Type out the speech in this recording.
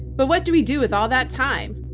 but what do we do with all that time?